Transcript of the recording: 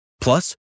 Plus